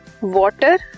water